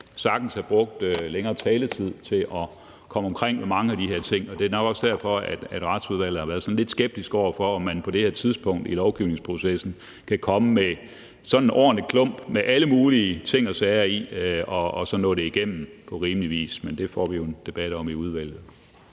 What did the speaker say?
sagtens have brugt længere taletid til at komme omkring mange af de her ting, og det er nok også derfor, at Retsudvalget har været lidt skeptisk over for, om man på det her tidspunkt i lovgivningsprocessen kan komme med sådan en ordentlig klump med alle mulige ting og sager i og så nå det igennem på rimelig vis. Men det får vi jo en debat om i udvalget.